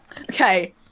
Okay